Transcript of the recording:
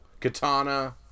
Katana